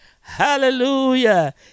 Hallelujah